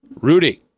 Rudy